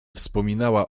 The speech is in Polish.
wspominała